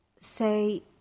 say